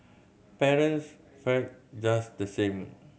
parents fared just the same